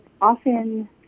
often